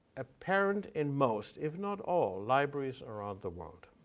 apparent in most, if not all, libraries around the world.